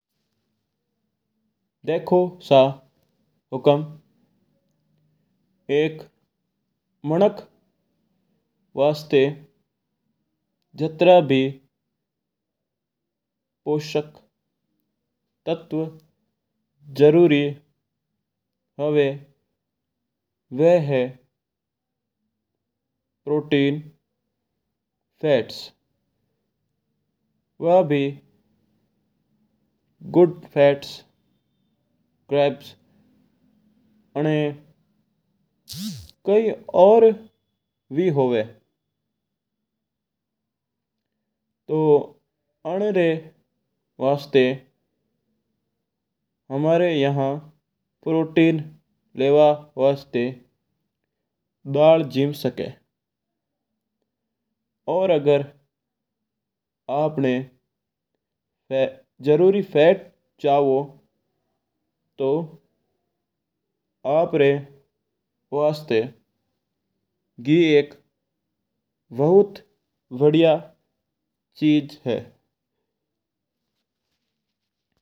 देखो सा हुकम एक मानक वास्ता यात्रा भी पोषक तत्व जरूरी हुआ है वा हुआ है प्रोटीन, फैट्स। वा गुड फैट्स कोई और भी हुआ तो आना री वास्ता हमारा यहां प्रोटीन लेवना वास्ता दाल जिम्म सका है क्योंकि दाल में हल्लो प्रोटीन हुआ है। और अगर अपना जरूरी फैट्स चाहवो हूं तो आप री वास्ता घी एक बहुत बढ़िया चीज है।